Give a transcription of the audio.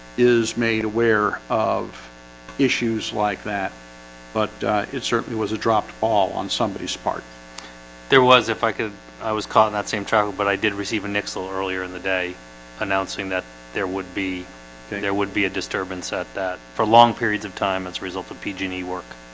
is made aware of issues like that but it certainly was a dropped fall on somebody's part there was if i could i was caught in that same travel, but i did receive a nixle earlier in the day announcing that there would be there there would be a disturbance at that for long periods of time as a result of pg and e work.